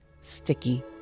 sticky